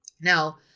Now